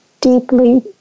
deeply